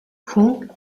хүн